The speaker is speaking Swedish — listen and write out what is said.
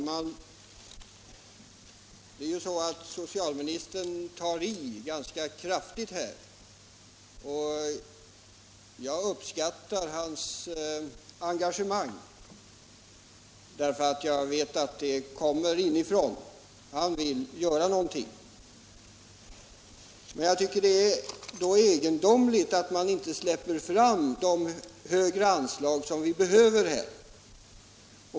Herr talman! Socialministern tar i ganska kraftigt. Jag uppskattar hans engagemang, därför att jag vet att det kommer inifrån — han vill göra någonting. Men då är det egendomligt att man inte ger de högre anslag som behövs härför.